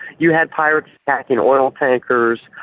you had pirates attacking oil tankers,